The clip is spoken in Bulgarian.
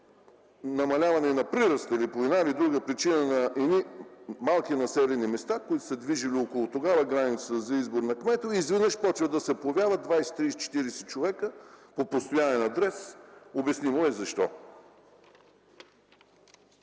намаляване на прираста или по една или друга причина, е в едни малки населени места, които са се движили около границата за избор на кметове, изведнъж започват да се появяват 20-30-40 човека по постоянен адрес. Обяснимо е защо.